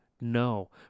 No